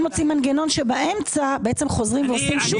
מוצאים מנגנון שבאמצע בעצם חוזרים ועושים שוב תקציב שנתי כמו שצריך.